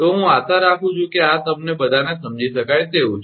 તો આ હું આશા રાખું છું કે આ તમને બધાને સમજી શકાય તેવું છે